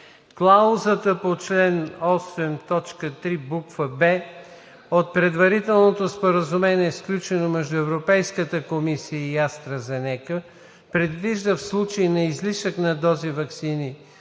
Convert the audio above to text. Клаузата на чл. 8.3, буква „б“ от Предварителното споразумение, сключено между Европейската комисия и АстраЗенека, предвижда в случай на излишък от дози ваксини,